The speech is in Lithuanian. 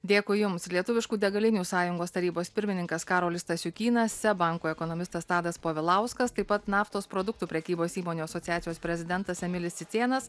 dėkui jums lietuviškų degalinių sąjungos tarybos pirmininkas karolis stasiukynas seb banko ekonomistas tadas povilauskas taip pat naftos produktų prekybos įmonių asociacijos prezidentas emilis cicėnas